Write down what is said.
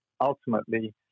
ultimately